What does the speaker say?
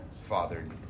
fathered